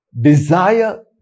desire